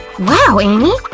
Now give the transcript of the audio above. wow, amy!